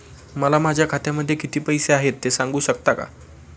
मला माझ्या खात्यामध्ये किती पैसे आहेत ते सांगू शकता का?